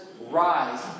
Rise